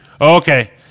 Okay